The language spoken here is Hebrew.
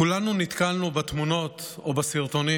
כולנו נתקלנו בתמונות או בסרטונים